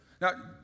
Now